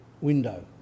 window